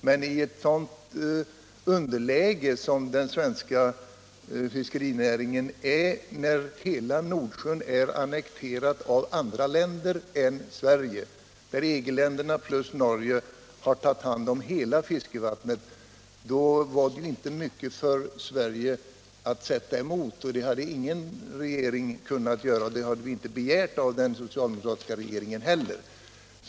Men i det underläge som den svenska fiskerinäringen befinner sig i — när hela Nordsjön är annekterad av andra länder, där EG-länderna och Norge har tagit hand om hela fiskevattnet — hade inte Sverige mycket att sätta emot. Ingen regering hade kunnat göra någonting. Vi hade inte heller begärt att den socialdemokratiska regeringen skulle ha klarat problemen.